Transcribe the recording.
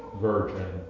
virgin